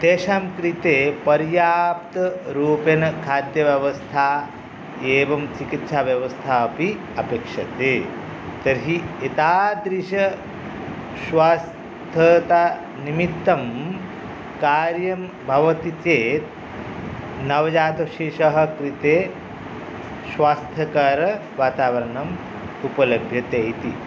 तेषां कृते पर्याप्तरूपेन खाद्यव्यवस्था एवं चिकित्साव्यवस्था अपि अपेक्षते तर्हि एतादृश स्वास्थतानिमित्तं कार्यं भवति चेत् नवजातशिशोः कृते स्वास्थ्यकरवातावरणम् उपलभ्यते इति